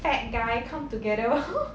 fat guy come together [one]